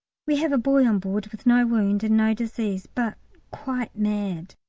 we have a boy on board with no wound and no disease, but quite mad,